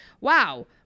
Wow